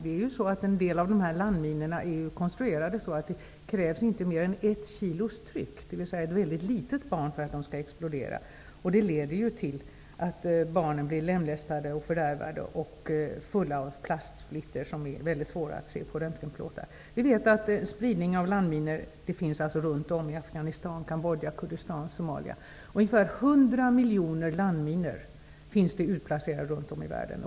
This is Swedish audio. En del av landminorna är konstruerade så, att det krävs bara ungefär ett kilos tryck, dvs. motsvarande ett mycket litet barn, för att de skall explodera. Det leder till att barn ofta blir lemlästade och fördärvade och är fulla av plastsplitter som är väldigt svårt att se på röntgenplåtar. Vi vet att landminor finns i Afghanistan, Cambodja, Kurdistan och Somalia. Ungefär 100 miljoner landminor finns utplacerade runt om i världen.